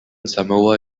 samoa